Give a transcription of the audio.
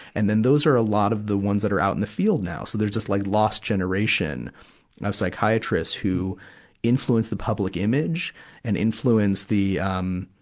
and then those are a lot of the ones that are out in the field now. so they're just like lost generation of psychiatrists who influenced the public image and influenced the, um,